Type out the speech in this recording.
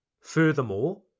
Furthermore